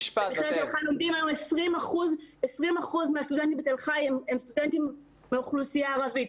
במכללת תל חי לומדים היום 20% סטודנטים מהאוכלוסייה הערבית.